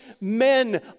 men